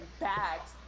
bags